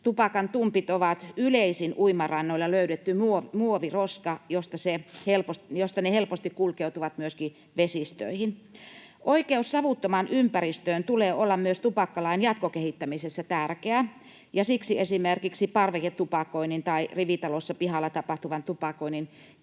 Tupakantumpit ovat yleisin uimarannoilla löydetty muoviroska, ja ne kulkeutuvat helposti myöskin vesistöihin. Oikeuden savuttomaan ympäristöön tulee olla myös tupakkalain jatkokehittämisessä tärkeää, ja siksi esimerkiksi parveketupakoinnin tai rivitalossa pihalla tapahtuvan tupakoinnin